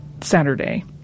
Saturday